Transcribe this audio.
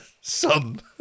son